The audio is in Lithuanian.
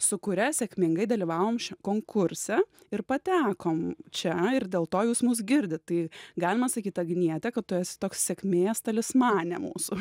su kuria sėkmingai dalyvavom ši konkurse ir patekom čia ir dėl to jūs mus girdit tai galima sakyt agniete kad tu esi toks sėkmės talismanė mūsų